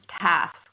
task